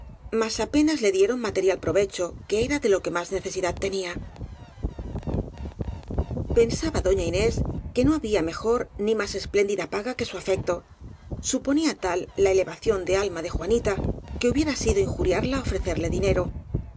mas apenas le dieron material provecho que era de lo que más necesidad tenía pensaba doña inés que no había mejor ni más espléndida paga que su afecto suponía tal la ele vación de alma de juanita que hubiera sido inju riarla ofrecerle dinero